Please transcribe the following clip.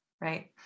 right